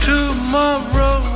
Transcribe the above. Tomorrow